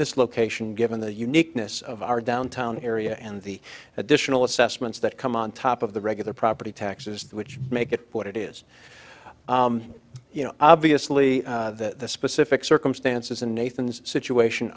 this location given the uniqueness of our downtown area and the additional assessments that come on top of the regular property taxes which make it what it is you know obviously the specific circumstances in nathan's situation